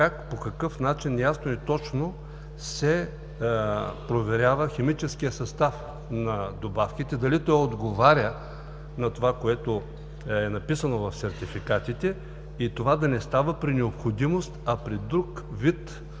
как, по какъв начин – ясно и точно, се проверява химическият състав на добавките, дали той отговаря на това, което е написано в сертификатите? И това да не става при необходимост, а при друг вид